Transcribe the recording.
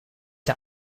der